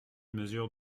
mesure